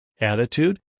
attitude